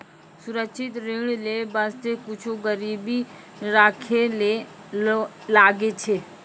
सुरक्षित ऋण लेय बासते कुछु गिरबी राखै ले लागै छै